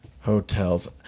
hotels